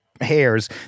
Hairs